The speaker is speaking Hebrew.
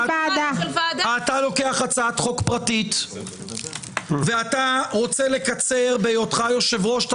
אתה לוקח הצעת חוק פרטית ואתה רוצה לקצר בהיותך יושב-ראש את